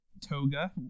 toga